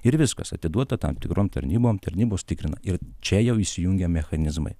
ir viskas atiduota tam tikrom tarnybom tarnybos tikrina ir čia jau įsijungia mechanizmai